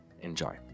enjoy